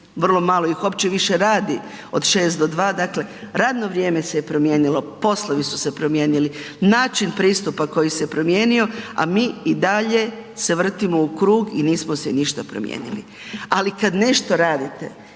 vrlo malo ih uopće više radi od 6 do 2, dakle, radno vrijeme se je promijenilo, poslovi su se promijenili, način pristupa koji se promijenio, a mi i dalje se vrtimo u krug i nismo se ništa promijenili. Ali kad nešto radite,